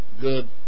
good